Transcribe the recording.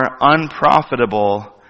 unprofitable